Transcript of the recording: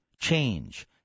change